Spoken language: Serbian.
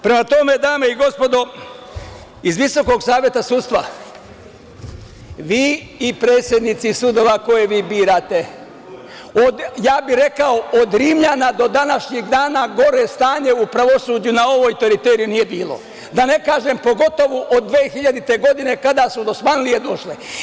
Prema tome, dame i gospodo iz Visokog saveta sudstva, vi i predsednici sudova koje vi birate, ja bih rekao, od Rimljana do današnjeg dana gore stanje u pravosuđu na ovoj teritoriji nije bilo, da ne kažem pogotovo od 2000. godine kada su „dosmanlije“ došle.